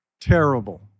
terrible